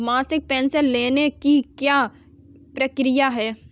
मासिक पेंशन लेने की क्या प्रक्रिया है?